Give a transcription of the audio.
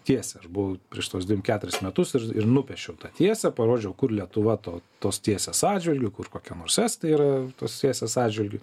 tiesė aš buvau prieš tuos dvim keturis metus ir nupiešiau tą tiesę parodžiau kur lietuva to tos tiesės atžvilgiu kur kokie nors estai yra tos tiesos atžvilgiu